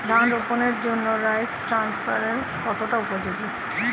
ধান রোপণের জন্য রাইস ট্রান্সপ্লান্টারস্ কতটা উপযোগী?